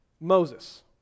Moses